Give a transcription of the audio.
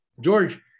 George